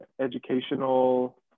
educational